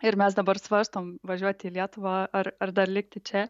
ir mes dabar svarstom važiuoti į lietuvą ar ar dar likti čia